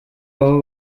aho